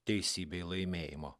teisybei laimėjimo